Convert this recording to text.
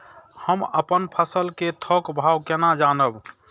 हम अपन फसल कै थौक भाव केना जानब?